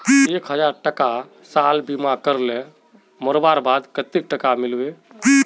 एक हजार टका साल जीवन बीमा करले मोरवार बाद कतेक टका मिलबे?